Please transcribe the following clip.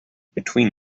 between